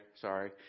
sorry